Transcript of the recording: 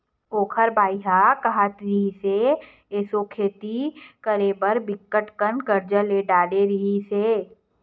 ओखर बाई ह काहत रिहिस, एसो खेती करे बर बिकट अकन करजा ले डरे रिहिस हे